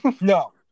No